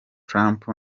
trump